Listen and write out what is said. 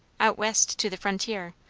out west to the frontier,